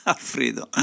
Alfredo